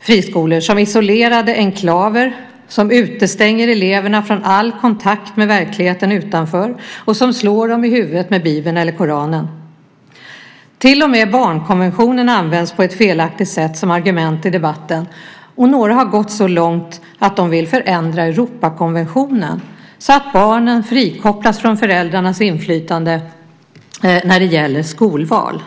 friskolor som isolerade enklaver som utestänger eleverna från all kontakt med verkligheten utanför och slår dem i huvudet med Bibeln eller Koranen. Till och med barnkonventionen används på ett felaktigt sätt som argument i debatten. Några har också gått så långt att de vill förändra Europakonventionen så att barnen frikopplas från föräldrarnas inflytande när det gäller skolval.